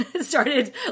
started